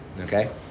Okay